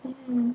mm